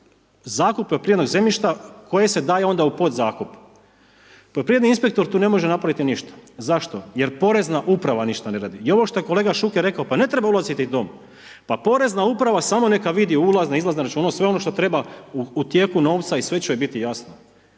zakupe poljoprivrednog zemljišta koji se daju onda u podzakup. Poljoprivredni inspektor tu ne može napravi ništa, zašto? Jer Porezna uprava ništa ne radi i ovo što je kolega Šuker rekao, pa ne treba ulaziti u dom, pa Porezna uprava samo neka vidi ulaz, izlaz na računu, sve ono što treba u tijeku novca i sve će im biti jasno.